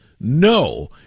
No